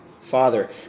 Father